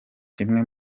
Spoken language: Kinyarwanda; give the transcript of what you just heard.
kimwe